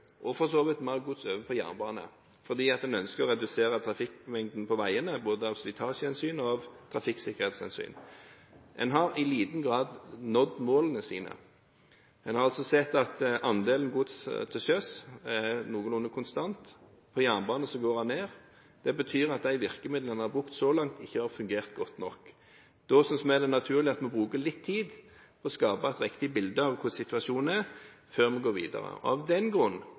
og for så vidt mer gods over på jernbane fordi en ønsker å redusere trafikkmengden på veiene, både av slitasjehensyn og av trafikksikkerhetshensyn. En har i liten grad nådd målene sine. En har altså sett at andelen gods til sjøs er noenlunde konstant. På jernbane går den ned. Det betyr at de virkemidlene en har brukt så langt, ikke har fungert godt nok. Da synes vi det er naturlig at vi bruker litt tid og skaper et riktig bilde av hvordan situasjonen er, før vi går videre. Av den grunn